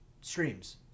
streams